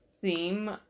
theme